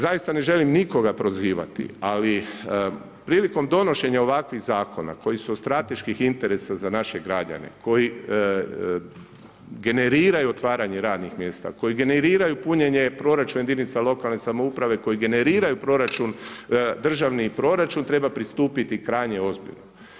Zaista ne želim nikoga prozivati, ali prilikom donošenja ovakvih zakona koji su od strateških interesa za naše građane, koji generiraju otvaranje radnih mjesta, koji generiraju punjenje proračuna jedinica lokalne samouprave, koji generiraju državni proračun treba pristupiti krajnje ozbiljno.